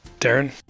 Darren